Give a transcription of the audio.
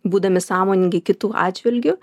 būdami sąmoningi kitų atžvilgiu